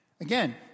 Again